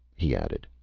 he added.